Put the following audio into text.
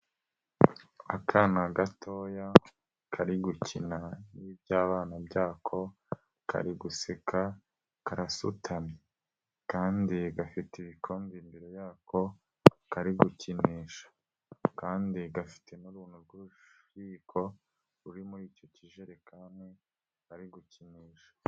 Akana gatoya kari gukina n'iby'abana byako, kari guseka, karasutamye, kandi gafite ibikombe imbere yako kari gukinisha, kandi gafite n'uruntu rw'uruyiko ruri muri icyo kijerekani kari gukinisha.